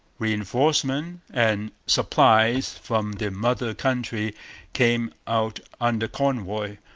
reinforcements and supplies from the mother country came out under convoy,